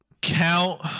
count